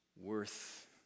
worth